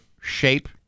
shape